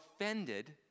offended